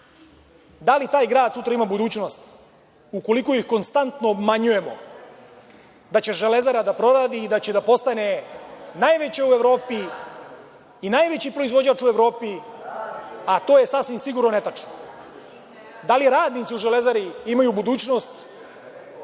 Da li taj grad sutra ima budućnost, ukoliko ih konstantno obmanjujemo da će „Železara“ da proradi i da će da postane najveća u Evropi i najveći proizvođač u Evropi, a to je sasvim sigurno netačno. Da li radnici u „Železari“ imaju budućnost ako dođe neko iz Vlade Republike